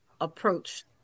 approach